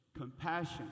Compassion